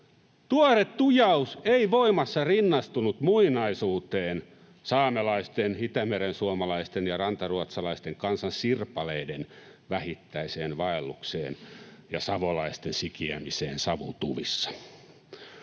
Tuore tujaus ei voimassa rinnastunut muinaisuuteen, saamelaisten, itämerensuomalaisten ja rantaruotsalaisten kansansirpaleiden vähittäiseen vaellukseen ja savolaisten sikiämiseen savutuvissa.